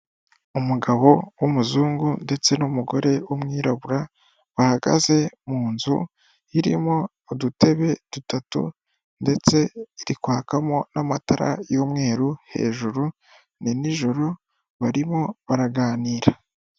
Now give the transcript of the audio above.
Umugabo w'umuzungu ndetse n'umugore w'umwirabura, bahagaze mu nzu irimo udutebe dutatu ndetse iri kwakamo n'amatara y'umweru hejuru, ni nijoro barimo baraganira.